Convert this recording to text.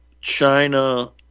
China